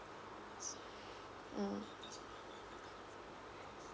mm